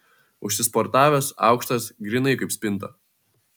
užsisportavęs aukštas grynai kaip spinta